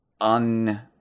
un